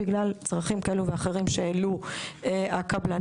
בגלל צרכים כאלה ואחרים שהעלו הקבלנים,